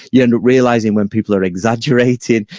you end up realizing when people are exaggerating.